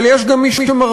אבל יש גם מי שמרוויח.